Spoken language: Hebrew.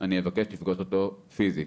אני אבקש לפגוש אותו פיזית.